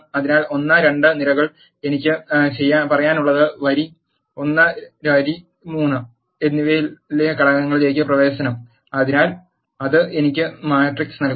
അതിനാൽ 1 2 നിരകളിൽ എനിക്ക് പറയാനുള്ളത് വരി 1 വരി 3 എന്നിവയിലെ ഘടകങ്ങളിലേക്ക് പ്രവേശനം അത് എനിക്ക് മാട്രിക്സ് നൽകുന്നു